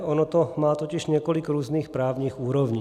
Ono to má totiž několik různých právních úrovní.